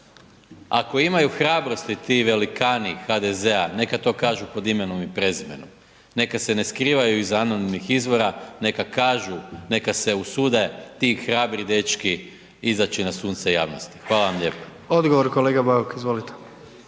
Ako imaju hrabrosti ti velikani HDZ-a neka to kažu pod imenom i prezimenom, neka se ne skrivaju iza anonimnih izvora, neka kažu, nekada se usude ti hrabri dečki izaći na sunce javnosti. Hvala vam lijepo. **Jandroković, Gordan